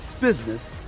business